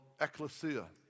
ecclesia